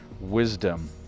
wisdom